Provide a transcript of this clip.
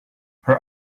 her